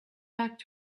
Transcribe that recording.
back